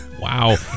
Wow